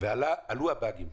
עלו פה באגים.